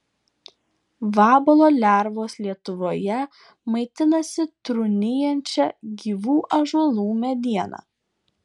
vabalo lervos lietuvoje maitinasi trūnijančia gyvų ąžuolų mediena